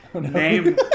name